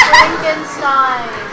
Frankenstein